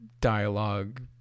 dialogue